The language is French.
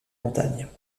montagnes